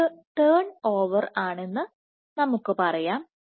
ഇത് turnover ആണെന്ന് നമുക്ക് പറയാം